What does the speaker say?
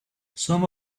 some